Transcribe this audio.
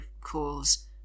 calls